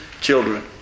children